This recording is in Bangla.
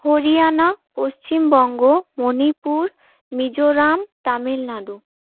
হরিয়ানা পশ্চিমবঙ্গ মণিপুর মিজোরাম তামিলনাড়ু